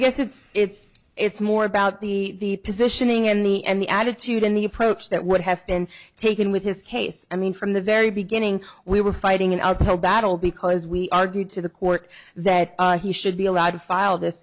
guess it's it's it's more about the positioning in the end the attitude in the approach that would have been taken with his case i mean from the very beginning we were fighting an uphill battle because we argued to the court that he should be allowed to file th